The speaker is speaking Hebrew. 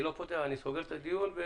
אני סוגר את הדיון.